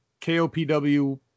kopw